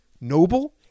noble